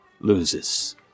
loses